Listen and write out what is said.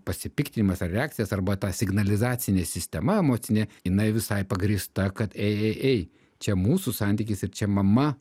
pasipiktinimas ar reakcijos arba ta signalizacinė sistema emocinė jinai visai pagrįsta kad ei ei ei čia mūsų santykis ir čia mama